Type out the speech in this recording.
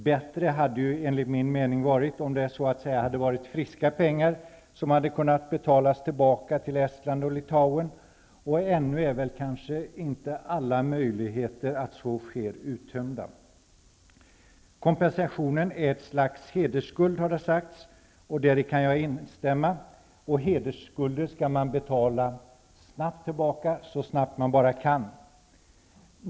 Enligt min mening hade det varit bättre om det så att säga hade varit friska pengar som hade kunnat betalas tillbaka till Estland och Litauen, och ännu är kanske inte alla möjligheter att så sker uttömda. Det har sagts att denna kompensation är ett slags hedersskuld. Det kan jag instämma i. Och hedersskulder skall man betala tillbaka så snabbt man kan.